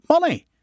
money